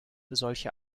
solche